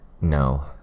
No